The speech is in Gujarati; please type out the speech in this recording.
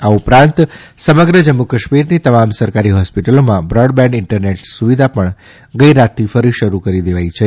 આ ઉપરાંત સમગ્ર જમ્મુ કાશ્મીરની તમામ સરકારી હોસ્પિટલોમાં બ્રોડબેન્ડ ઇન્ટરનેટ સુવિધા પણ ગઇ રાતથી ફરી શરૂ કરી દેવાઇ છે